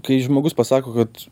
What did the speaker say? kai žmogus pasako kad